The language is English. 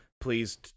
please